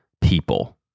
people